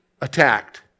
attacked